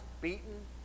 beaten